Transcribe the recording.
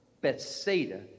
Bethsaida